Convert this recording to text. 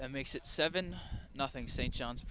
that makes it seven nothing st john's